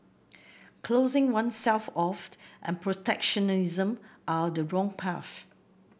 closing oneself off and protectionism are the wrong path